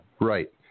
right